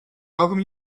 welcome